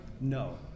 No